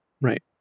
Right